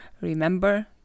Remember